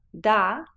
da